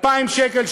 2,000 שקל,